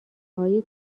های